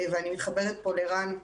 ואני מתחברת פה לרן,